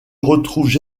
retrouvent